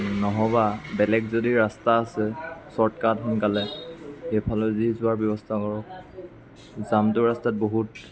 নহ'বা বেলেগ যদি ৰাস্তা আছে শ্ৱৰ্টকাট সোনকালে সেইফালেদি যোৱাৰ ব্যৱস্থা কৰক জামটো ৰাস্তাত বহুত